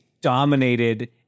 dominated